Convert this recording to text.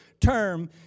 term